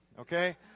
Okay